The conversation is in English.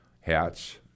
hats